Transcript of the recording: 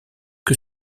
que